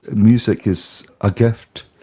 music is a gift,